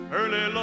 early